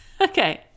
Okay